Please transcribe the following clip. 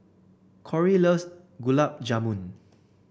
Korey loves Gulab Jamun